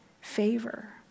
favor